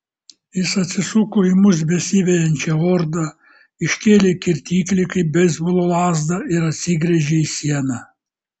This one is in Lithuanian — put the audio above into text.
jis atsisuko į mus besivejančią ordą iškėlė kirtiklį kaip beisbolo lazdą ir atsigręžė į sieną